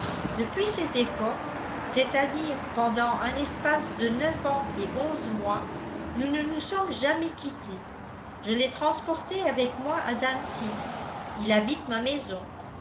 depuis cette époque c'est-àdire pendant un espace de neuf ans et onze mois nous ne nous sommes jamais quittés je l'ai transporté avec moi à dantzig il habite ma maison